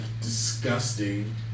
disgusting